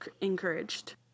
encouraged